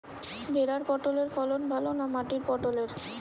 ভেরার পটলের ফলন ভালো না মাটির পটলের?